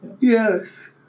Yes